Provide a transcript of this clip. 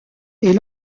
est